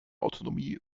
autonomie